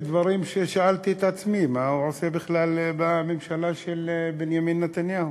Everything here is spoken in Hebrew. דברים ששאלתי את עצמי: מה הוא עושה בכלל בממשלה של בנימין נתניהו?